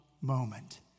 moment